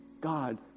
God